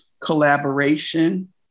collaboration